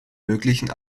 möglichen